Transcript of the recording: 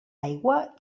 aigua